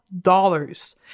dollars